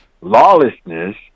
lawlessness